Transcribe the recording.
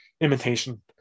imitation